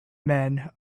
men